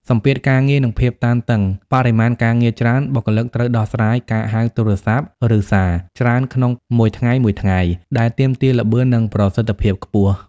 សម្ពាធការងារ និងភាពតានតឹង បរិមាណការងារច្រើន បុគ្គលិកត្រូវដោះស្រាយការហៅទូរស័ព្ទ (ឬសារ) ច្រើនក្នុងមួយថ្ងៃៗ ដែលទាមទារល្បឿន និងប្រសិទ្ធភាពខ្ពស់។